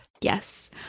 Yes